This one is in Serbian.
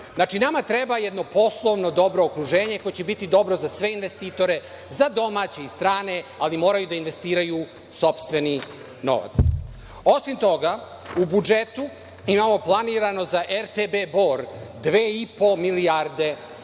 Znači, nama treba jedno poslovno dobro okruženje koje će biti dobro za sve investitore, za domaće i strane, ali moraju da investiraju sopstveni novac. Osim toga, u budžetu imamo planirano za RTB „Bor“ dve i po milijarde dinara.